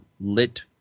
Lit